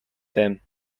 them